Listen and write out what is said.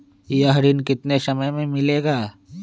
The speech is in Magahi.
यह ऋण कितने समय मे मिलेगा?